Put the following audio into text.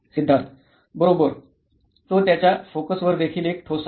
सिद्धार्थ बरोबर तो त्याच्या फोकसवर देखील एक ठोसा आहे